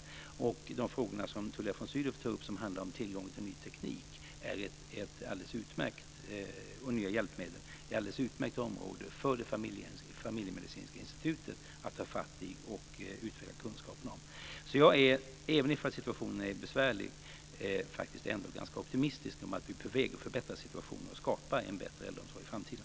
De frågor som Tullia von Sydow tar upp som handlar om tillgången till ny teknik och nya hjälpmedel är ett alldeles utmärkt område för det familjemedicinska institutet att ta fatt i och utveckla kunskapen om. Även om situationen är besvärlig är jag ändå optimistisk om att vi är på väg att förbättra situationen och skapa en bättre äldreomsorg i framtiden.